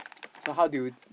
so how do you